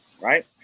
Right